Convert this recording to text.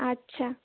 আচ্ছা